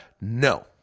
No